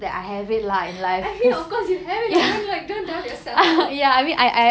I mean of course you have it lah don't like don't doubt yourself